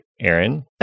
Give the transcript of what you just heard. Aaron